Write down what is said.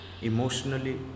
emotionally